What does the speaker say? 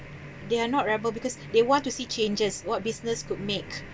they are not rebel because they want to see changes what business could make